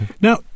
Now